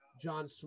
John